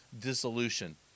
dissolution